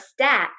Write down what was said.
stats